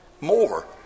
more